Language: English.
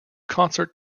concert